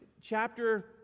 chapter